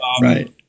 right